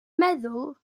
meddwl